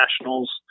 Nationals